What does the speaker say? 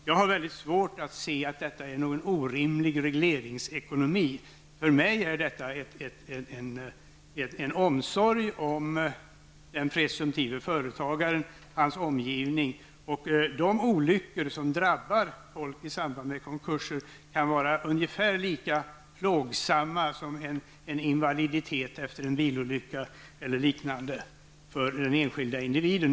Jag har väldigt svårt att se att detta är någon orimlig regleringsekonomi. För mig är detta fråga om omsorg om den presumtive företagaren och hans omgivning. De olyckor som drabbar folk i samband med konkurser kan vara ungefär lika plågsamma som en invaliditet efter en bilolycka och liknande för den enskilde individen.